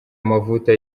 amavuta